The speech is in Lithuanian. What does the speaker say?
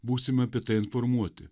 būsime apie tai informuoti